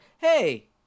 hey